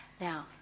now